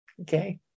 Okay